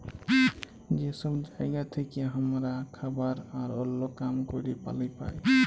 যে সব জায়গা থেক্যে হামরা খাবার আর ওল্য কাম ক্যরের পালি পাই